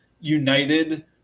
united